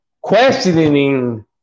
questioning